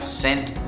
sent